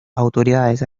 autoridades